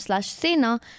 sena